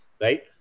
right